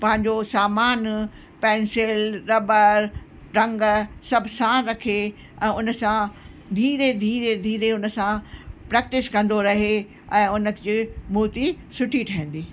पंहिंजो सामान पेंसिल रबड़ रंग सभु साण रखे ऐं उन सां धीरे धीरे धीरे उन सां प्रेक्टिस कंदो रहे ऐं उन जी मुर्ति सुठी ठहंदी